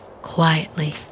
quietly